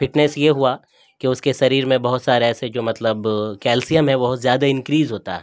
fitness یہ ہوا کہ اس کے شریر میں بہت سارے ایسے جو مطلب کیلسیم ہے بہت زیادہ انکریز ہوتا ہے